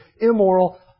immoral